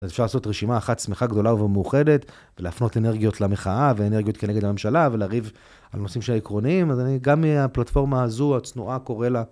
אז אפשר לעשות רשימה אחת, שמחה גדולה ומאוחדת, ולהפנות אנרגיות למחאה ואנרגיות כנגד הממשלה, ולריב על נושאים שהם עקרוניים. אז אני גם מהפלטפורמה הזו, הצנועה קורא לה...